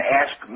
ask